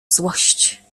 złość